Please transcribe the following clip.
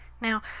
Now